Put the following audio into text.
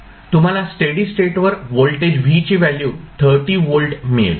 तुम्हाला स्टेडी स्टेटवर voltage V ची व्हॅल्यू 30 व्होल्ट मिळेल